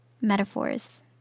metaphors